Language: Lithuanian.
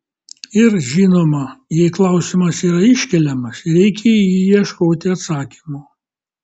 ir žinoma jei klausimas yra iškeliamas reikia į jį ieškoti atsakymo